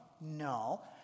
No